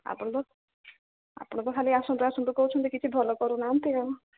ଆପଣ ତ ଆପଣ ତ ଖାଲି ଆସନ୍ତୁ ଆସନ୍ତୁ କହୁଛନ୍ତି କିଛି ଭଲ କରୁନାହାନ୍ତି ଆଉ